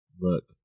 look